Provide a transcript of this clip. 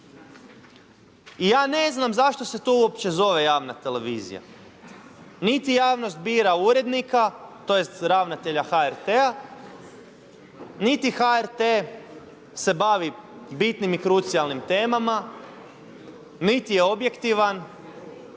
I ja ne znam zašto se to uopće zove javna televizija, niti javnost bira urednika, tj. ravnatelja HRT-a, niti HRT se bavi bitnim i krucijalnim temama, niti je objektivan.